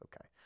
okay